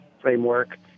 framework